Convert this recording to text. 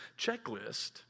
checklist